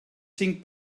cinc